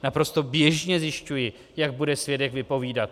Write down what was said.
Naprosto běžně zjišťuji, jak bude svědek vypovídat.